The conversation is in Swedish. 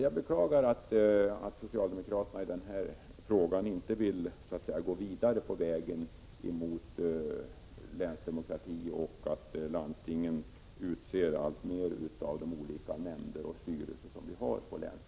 Jag beklagar att socialdemokraterna i den här frågan inte vill gå vidare på vägen mot länsdemokrati genom att i ökad utsträckning låta landstingen utse ledamöter i olika nämnder och styrelser på länsnivå.